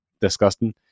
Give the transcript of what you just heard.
disgusting